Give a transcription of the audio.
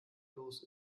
los